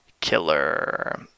killer